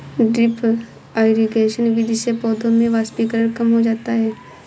drip irrigation विधि से पौधों में वाष्पीकरण कम हो जाता है